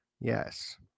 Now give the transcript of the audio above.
Yes